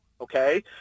okay